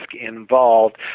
involved